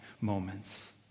moments